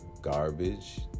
garbage